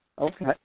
Okay